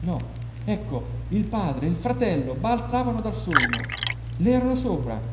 no ecco il padre il fratello balzavano dal sonno le erano sopra